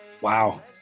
Wow